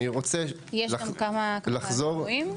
אני רוצה --- יש גם כמה עדכונים על זה?